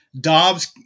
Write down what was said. Dobbs